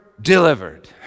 delivered